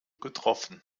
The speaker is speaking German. getroffen